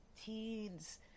teens